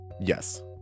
Yes